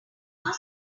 some